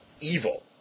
evil